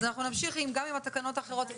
אנחנו נמשיך גם עם התקנות האחרות.